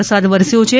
વરસાદ વરસ્યો છે